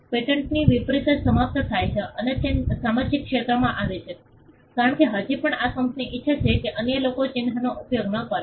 પેટન્ટથી વિપરીત જે સમાપ્ત થાય છે અને તે સાર્વજનિક ક્ષેત્રમાં આવે છે કારણ કે હજી પણ આ કંપની ઇચ્છે છે કે અન્ય લોકો ચિહ્નનો ઉપયોગ ન કરે